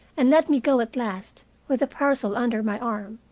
and let me go at last with the parcel under my arm,